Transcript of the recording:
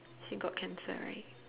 she got cancer right